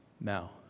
Now